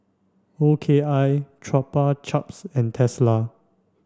O K I Chupa Chups and Tesla